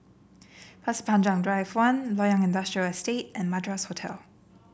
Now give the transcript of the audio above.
Pasir Panjang Drive One Loyang Industrial Estate and Madras Hotel